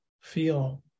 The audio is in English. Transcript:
feel